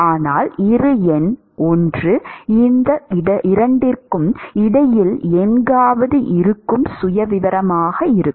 ஆனால் இரு எண் ஒன்று இந்த இரண்டிற்கும் இடையில் எங்காவது இருக்கும் சுயவிவரமாக இருக்கும்